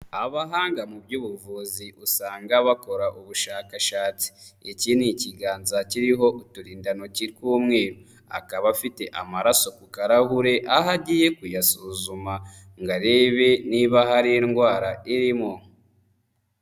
Abahanga mu by'ubuvuzi usanga bakora ubushakashatsi, iki ni ikiganza kiriho uturindantoki tw'umweru, akaba afite amaraso ku karahure aho agiye kuyasuzuma ngo arebe niba hari indwara irimo.